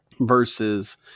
versus